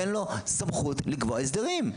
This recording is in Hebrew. תן לו סמכות לקבוע הסדרים.